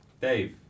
Dave